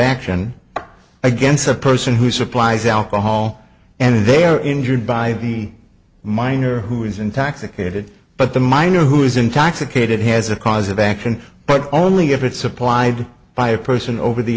action against a person who supplies alcohol and they are injured by the minor who is in tax equated but the minor who is intoxicated has a cause of action but only if it's supplied by a person over the